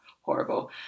horrible